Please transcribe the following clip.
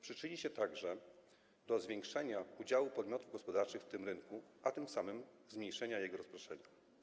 Przyczyni się także do zwiększenia udziału podmiotów gospodarczych w tym rynku, a tym samym do zmniejszenia jego rozproszenia.